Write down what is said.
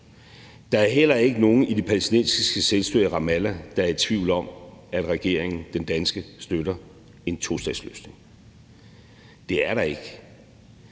Der er heller ikke nogen i det palæstinensiske selvstyre i Ramallah, der er i tvivl om, at den danske regering støtter en tostatsløsning; det er der ikke.